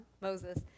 Moses